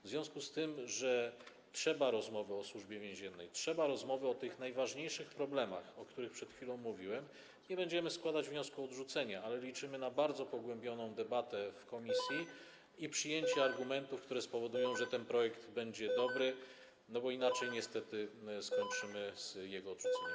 W związku z tym, że jest potrzeba rozmowy o Służbie Więziennej, o tych najważniejszych problemach, o których przed chwilą mówiłem, nie będziemy składać wniosku o odrzucenie, ale liczymy na bardzo pogłębioną debatę w komisji i przyjęcie argumentów, które spowodują, że ten projekt będzie dobry, bo inaczej niestety skończymy na odrzuceniu go.